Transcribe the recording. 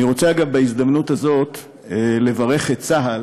אני רוצה, אגב, בהזדמנות הזאת לברך את צה"ל